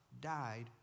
died